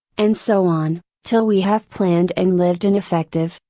and so on, till we have planned and lived an effective,